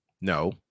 No